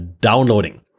downloading